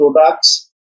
products